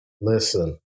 Listen